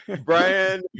brian